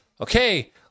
okay